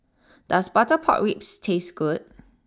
does Butter Pork Ribs taste good